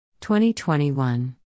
2021